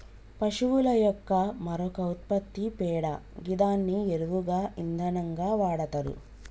పశువుల యొక్క మరొక ఉత్పత్తి పేడ గిదాన్ని ఎరువుగా ఇంధనంగా వాడతరు